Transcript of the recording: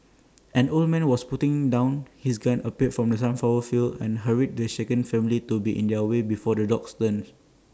an old man who was putting down his gun appeared from the sunflower fields and hurried the shaken family to be on their way before the dogs return